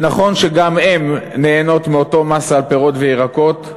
שנכון שגם הן נהנות מעניין המס על פירות וירקות,